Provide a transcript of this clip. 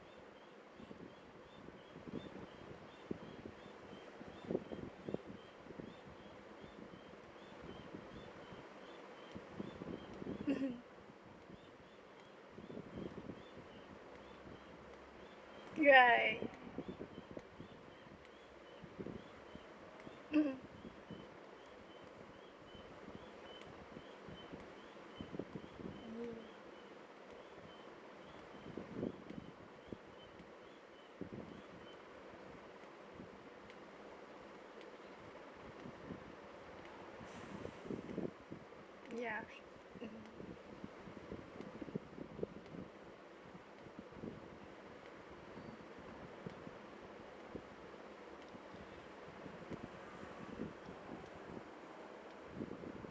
mmhmm right mmhmm ya mmhmm